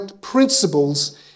principles